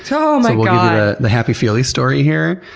so um like yeah the happy feely story here.